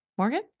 morgan